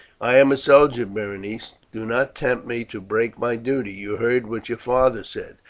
i am a soldier, berenice do not tempt me to break my duty. you heard what your father said.